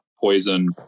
Poison